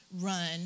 run